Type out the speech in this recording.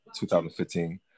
2015